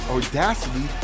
Audacity